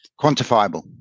quantifiable